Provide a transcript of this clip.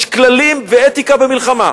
יש כללים ואתיקה במלחמה,